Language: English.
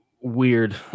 weird